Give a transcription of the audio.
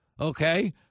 Okay